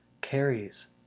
carries